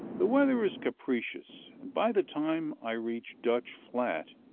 the weather is capricious, and by the time i reach dutch flat,